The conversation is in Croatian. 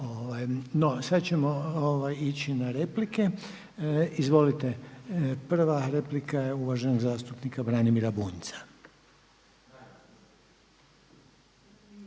sad ćemo ići na replike. Izvolite, prva replika je uvaženog zastupnika Branimira Bunjca.